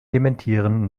dementieren